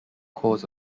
cause